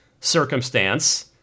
circumstance